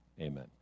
Amen